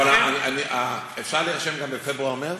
אבל אפשר להירשם גם בפברואר-מרס?